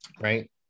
right